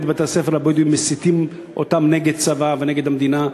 בבתי-הספר הבדואיים מסיתים אותם נגד הצבא ונגד המדינה,